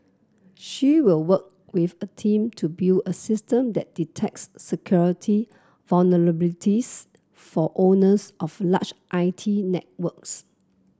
she will work with a team to build a system that detects security vulnerabilities for owners of large I T networks